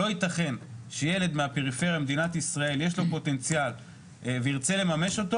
לא ייתכן שילד מהפריפריה במדינת ישראל יש לו פוטנציאל וירצה לממש אותו,